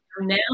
now